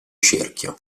cerchio